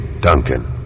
Duncan